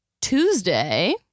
Tuesday